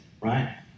right